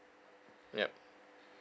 yup